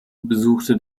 besuchte